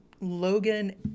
Logan